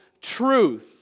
truth